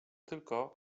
tylko